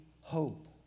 hope